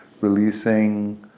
releasing